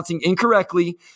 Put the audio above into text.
incorrectly